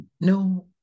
no